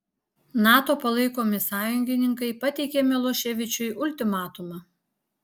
nato palaikomi sąjungininkai pateikė miloševičiui ultimatumą